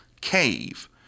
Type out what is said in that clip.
cave